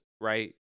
right